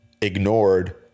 ignored